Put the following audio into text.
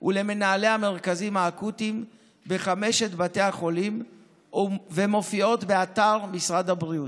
ולמנהלי המרכזים האקוטיים בחמשת בתי החולים ומופיעות באתר משרד הבריאות.